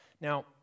Now